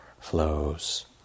flows